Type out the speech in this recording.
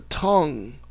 tongue